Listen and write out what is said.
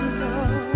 love